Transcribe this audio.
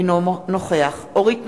אינו נוכח אורית נוקד,